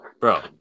bro